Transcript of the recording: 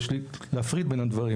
יש להפריד בין הדברים.